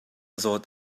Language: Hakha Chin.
zawt